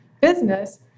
business